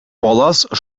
палас